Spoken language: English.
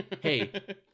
Hey